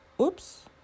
Oops